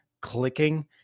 clicking